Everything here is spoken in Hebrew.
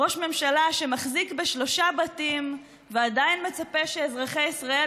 ראש ממשלה שמחזיק בשלושה בתים ועדיין מצפה שאזרחי ישראל